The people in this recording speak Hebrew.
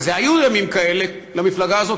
והיו ימים כאלה למפלגה הזאת,